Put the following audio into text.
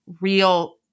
real